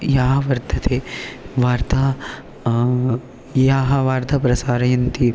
या वर्तते वार्ता याः वार्ताः प्रसारयन्ति